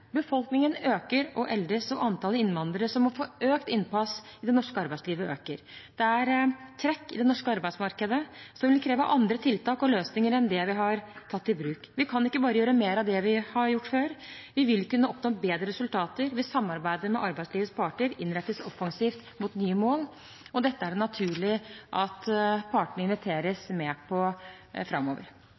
Befolkningen øker og eldes, og antallet innvandrere som må få økt innpass i det norske arbeidslivet, øker. Det er trekk i det norske arbeidsmarkedet som vil kreve andre tiltak og løsninger enn dem vi har tatt i bruk. Vi kan ikke bare gjøre mer av det vi har gjort før. Vi vil kunne oppnå bedre resultater hvis samarbeidet med arbeidslivets parter innrettes offensivt mot nye mål. Dette er det naturlig at partene inviteres med på framover.